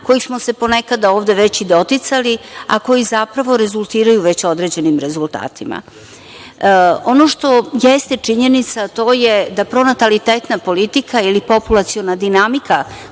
kojih smo se ponekada ovde doticali, a koji zapravo rezultiraju već određenim rezultatima. Ono što jeste činjenica to je da pronatalitetna politika ili populaciona dinamika,